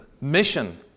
Mission